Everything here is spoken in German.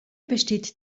besteht